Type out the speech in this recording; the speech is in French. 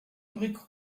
briques